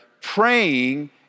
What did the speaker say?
praying